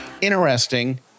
interesting